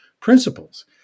principles